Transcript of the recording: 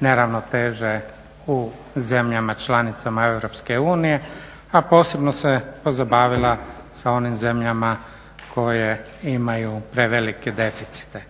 neravnoteže u zemljama članicama Europske unije a posebno se pozabavila sa onim zemljama koje imaju prevelike deficite.